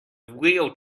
wheel